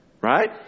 Right